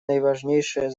наиважнейшее